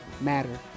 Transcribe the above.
matter